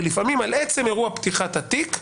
כי לפעמים על עצם אירוע פתיחת התיק,